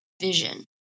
vision